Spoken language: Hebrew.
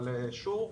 אבל שוב,